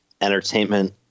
entertainment